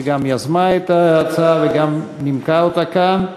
שגם יזמה את ההצעה וגם נימקה אותה כאן.